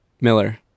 Miller